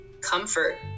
comfort